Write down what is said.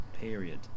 period